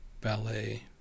ballet